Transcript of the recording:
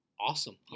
Awesome